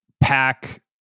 pack